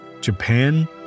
Japan